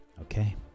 Okay